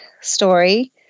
story